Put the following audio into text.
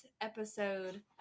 episode